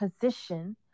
position